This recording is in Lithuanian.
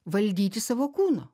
valdyti savo kūno